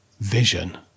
vision